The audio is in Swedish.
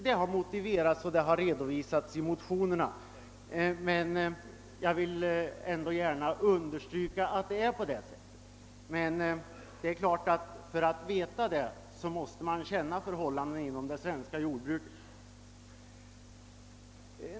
Det har redovisats i motionerna, men jag vill ändå gärna understryka att det är på det sättet. Men för att veta det måste man känna förhållandena inom det svenska jordbruket.